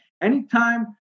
anytime